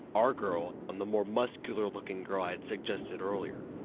our girl and the more muscular looking girl i had suggested earlier.